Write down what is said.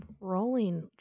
Rolling